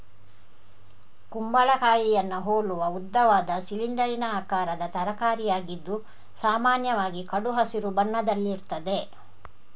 ಕುಂಬಳಕಾಯಿಯನ್ನ ಹೋಲುವ ಉದ್ದವಾದ, ಸಿಲಿಂಡರಿನ ಆಕಾರದ ತರಕಾರಿಯಾಗಿದ್ದು ಸಾಮಾನ್ಯವಾಗಿ ಕಡು ಹಸಿರು ಬಣ್ಣದಲ್ಲಿರ್ತದೆ